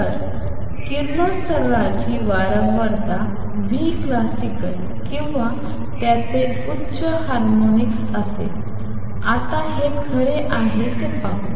तर किरणोत्सर्गाची वारंवारता classical किंवा त्याचे उच्च हार्मोनिक्स असेल आता हे खरे आहे ते पाहू